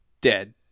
Dead